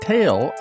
Tale